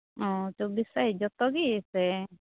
ᱚ ᱪᱚᱵᱵᱤᱥ ᱥᱟᱭᱤᱡ ᱡᱚᱛᱚ ᱜᱮ ᱥᱮ